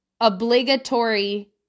obligatory